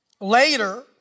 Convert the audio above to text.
Later